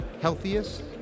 healthiest